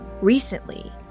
recently